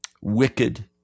wicked